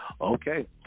Okay